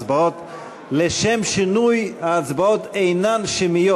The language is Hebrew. ולשם שינוי, ההצבעות אינן שמיות.